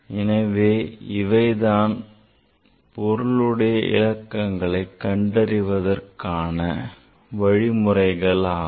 எனவே இவை தான் பொருளுடைய இலக்கங்களை கண்டறிவதற்கான வழிமுறைகளாகும்